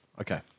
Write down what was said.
Okay